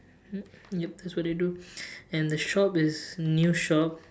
mm yup that's what they do and the shop is new shop